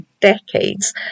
decades